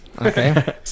okay